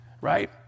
right